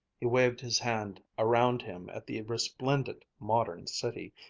he waved his hand around him at the resplendent, modern city,